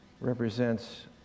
represents